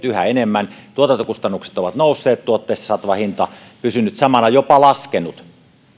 yhä enemmän tuotantokustannukset ovat nousseet tuotteista saatava hinta on pysynyt samana jopa laskenut